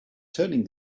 turning